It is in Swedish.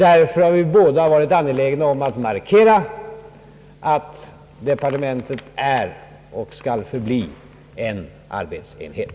Därför har vi båda varit angelägna om att markera att departementet är och skall förbli en arbetsenhet.